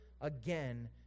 again